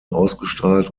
ausgestrahlt